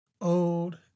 Old